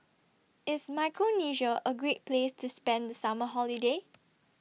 IS Micronesia A Great Place to spend The Summer Holiday